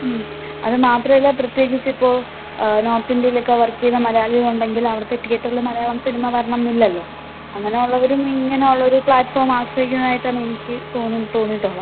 അതുമാത്രം അല്ല പ്രത്യേകിച്ചിപ്പോൾ നോർത്ത് ഇന്ത്യയിലൊക്കെ വർക്ക് ചെയ്യുന്ന മലയാളികളുണ്ടെങ്കിൽ അവിടുത്ത തീയേറ്ററിൽ മലയാളം സിനിമ വരണം എന്നില്ലല്ലോ അങ്ങനെ ഉള്ളവരും ഇങ്ങനെ ഉള്ളൊരു പ്ലാറ്റ്ഫോം ആശ്രയിക്കുന്നതായിട്ടാണ് എനിക്ക് തോന്നിയിട്ടുള്ളത്